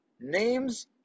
names